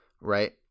Right